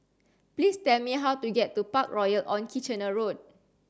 please tell me how to get to Parkroyal on Kitchener Road